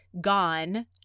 gone